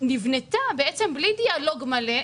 שנבנתה בלי דיאלוג מילה,